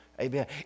Amen